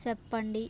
సెప్పండి?